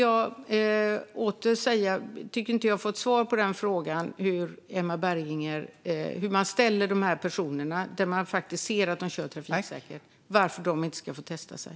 Jag tycker inte att jag har fått svar på min fråga till Emma Berginger hur man ställer sig till dessa personer som man faktiskt ser kör trafiksäkert och varför de inte ska få testa sig.